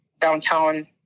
downtown